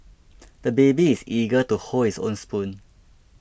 the baby is eager to hold his own spoon